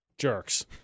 Jerks